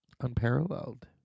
unparalleled